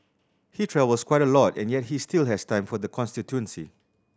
he travels quite a lot and yet he still has time for the constituency